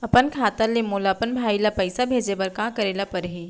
अपन खाता ले मोला अपन भाई ल पइसा भेजे बर का करे ल परही?